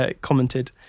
commented